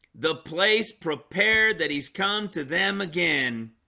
the place prepared that he's come to them again